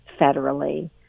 federally